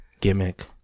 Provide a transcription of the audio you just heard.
gimmick